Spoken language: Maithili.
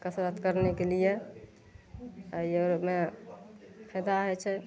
कसरत करनेके लिए एहि आओरमे फायदा होइ छै